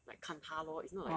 like 看他 lor it's not like